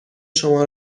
شما